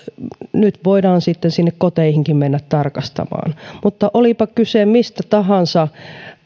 nyt voidaan sinne koteihinkin mennä tarkastamaan mutta olipa kyse mistä tahansa